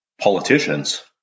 politicians